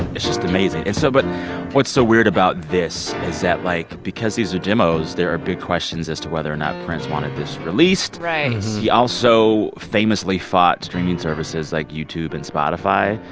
it's just amazing. and so but what's so weird about this is that, like, because these are demos, there are big questions as to whether or not prince wanted this released right he also famously fought streaming services like youtube and spotify.